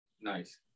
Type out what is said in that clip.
nice